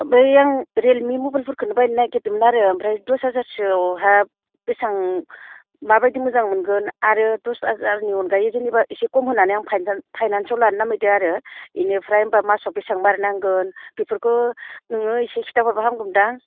बै आं रियेलमि मबाइलफोरखौनो बायनो नागिरदोंमोन आरो ओमफ्राय दस हाजारसोआव बेसेबां माबायदि मोजां मोनगोन आरो दस हाजारनि अनगायै जेनेबा इसे खम होनानै आं फाइनान्साव लानो नागिरदों आरो बेनिफ्राय होनबा मासाव बेसेबां मारिनांगोन बेफोरखौ नोङो इसे खिथाहरबा हामगौमोनदां